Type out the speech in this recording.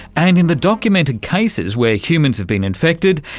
and in the documented cases where humans have been infected,